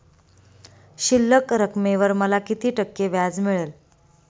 शिल्लक रकमेवर मला किती टक्के व्याज मिळेल?